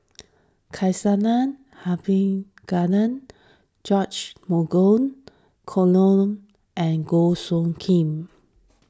Abisheganaden George Dromgold Coleman and Goh Soo Khim